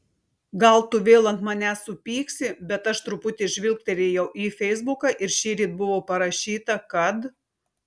gal tu vėl ant manęs supyksi bet aš truputį žvilgterėjau į feisbuką ir šįryt buvo parašyta kad